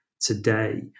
today